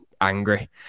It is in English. angry